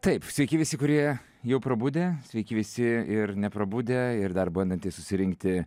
taip sveiki visi kurie jau prabudę sveiki visi ir neprabudę ir dar bandantys susirinkti